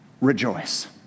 Rejoice